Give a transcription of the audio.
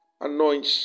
anoint